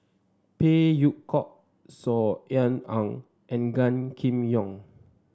Phey Yew Kok Saw Ean Ang and Gan Kim Yong